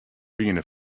wiene